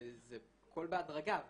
וזה הכל בהדרגה -- למה?